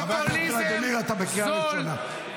חבר הכנסת ולדימיר, אתה בקריאה ראשונה.